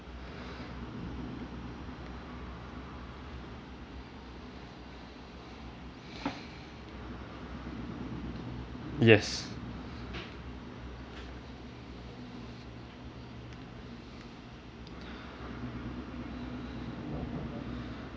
yes